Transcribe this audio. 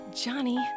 Johnny